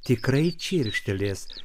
tikrai čirkštelės